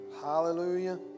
Hallelujah